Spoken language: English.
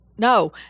No